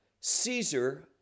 Caesar